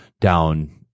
down –